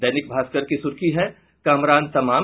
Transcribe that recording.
दैनिक भास्कर की सुर्खी है कामरान तमाम